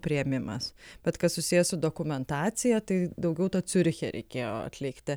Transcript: priėmimas bet kas susiję su dokumentacija tai daugiau to ciuriche reikėjo atlikti